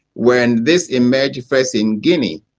when this emerged first in guinea,